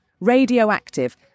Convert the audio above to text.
radioactive